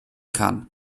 kann